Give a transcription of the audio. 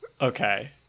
Okay